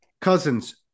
Cousins